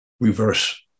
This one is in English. reverse